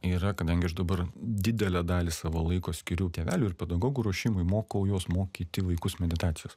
yra kadangi aš dabar didelę dalį savo laiko skiriu tėvelių ir pedagogų ruošimui mokau juos mokyti vaikus meditacijos